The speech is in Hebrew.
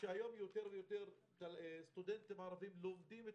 שהיום יותר ויותר סטודנטים ערבים לומדים את